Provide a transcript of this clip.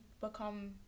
become